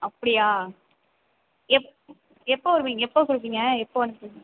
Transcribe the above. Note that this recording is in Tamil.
அப்படியா எப் எப்போது வருவீங்க எப்போது கொடுப்பீங்க எப்போது வாங்கிக்கிறது